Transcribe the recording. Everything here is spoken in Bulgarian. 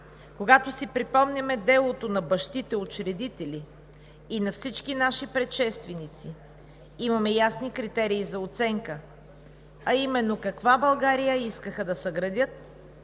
Когато си припомняме делото на бащите учредители и на всички наши предшественици, имаме ясни критерии за оценка, а именно каква България искаха да съградят